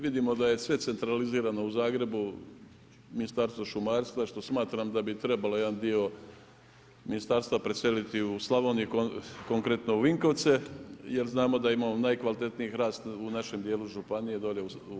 Vidimo da je sve centralizirano u Zagrebu, Ministarstvo šumarstva što smatram da bi jedan dio ministarstva preseliti u Slavoniju, konkretno u Vinkovce jer znamo da imamo najkvalitetniji hrast u našem dijelu županije, dolje u